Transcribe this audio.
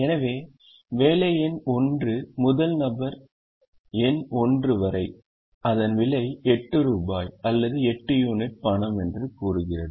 எனவே வேலை எண் 1 முதல் நபர் எண் 1 வரை அதன் விலை 8 ரூபாய் அல்லது 8 யூனிட் பணம் என்று கூறுகிறது